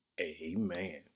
amen